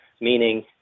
meaning